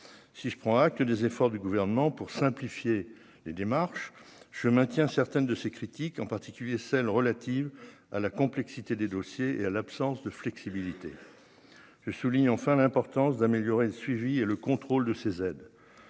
si je prends acte des efforts du gouvernement pour simplifier les démarches, je maintiens certaines de ses critiques, en particulier celles relatives à la complexité des dossiers et à l'absence de flexibilité, je souligne enfin l'importance d'améliorer le suivi et le contrôle de ces aides,